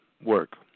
work